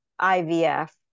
IVF